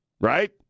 right